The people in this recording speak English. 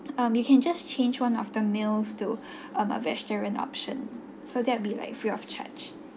um you can just change one of the meals to um a vegetarian option so that will be like free of charge